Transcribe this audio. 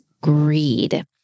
greed